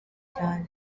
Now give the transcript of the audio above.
cyane